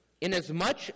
Inasmuch